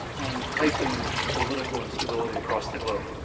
and heightened political instability across the globe.